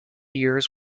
years